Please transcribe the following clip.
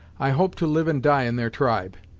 i hope to live and die in their tribe.